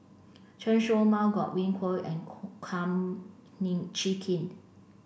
Chen Show Mao Godwin Koay and Kum Chee Kin